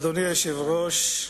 אדוני היושב-ראש,